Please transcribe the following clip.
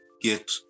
get